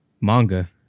manga